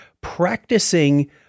practicing